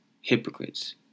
hypocrites